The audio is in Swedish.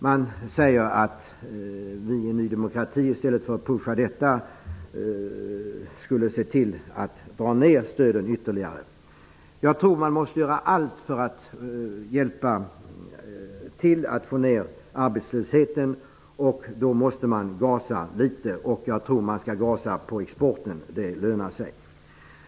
Man säger att vi i Ny demokrati i stället för att stödja detta skulle se till att dra ned stödet ytterligare. Jag tror att man måste göra allt för att hjälpa till att få ned arbetslösheten. Då måste man gasa litet. Jag tror att man skall gasa på exporten. Det lönar sig.